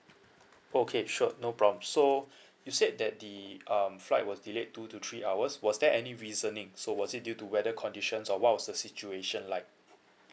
okay sure no problem so you said that the um flight was delayed two to three hours was there any reasoning so was it due to weather conditions or what was the situation like